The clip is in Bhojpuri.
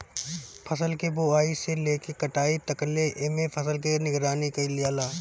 फसल के बोआई से लेके कटाई तकले एमे फसल के निगरानी कईल जाला